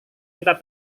kita